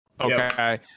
okay